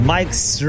Mike's